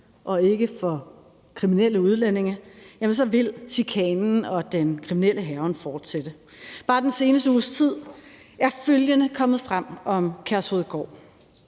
og ikke for kriminelle udlændinge, vil chikanen og den kriminelle hærgen fortsætte. Bare den seneste uges tid er følgende kommet frem om Kærshovedgård: